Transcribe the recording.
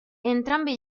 entrambi